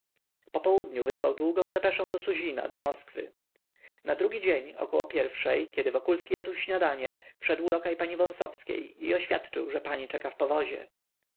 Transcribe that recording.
po południu wysłał długą depeszę do suzina do moskwy na drugi dzień około pierwszej kiedy wokulski jadł śniadanie wszedł lokaj pani wąsowskiej i oświadczył że pani czeka w powozie